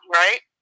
right